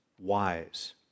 wise